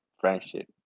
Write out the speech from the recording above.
friendship